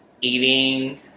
eating